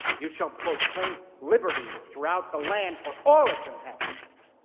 you shall proclaim liberty throughout the land for all its inhabitants.